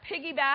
piggyback